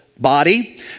Body